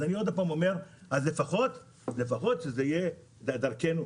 אז לפחות שזה יהיה דרכנו,